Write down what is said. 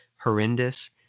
horrendous